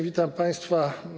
Witam państwa.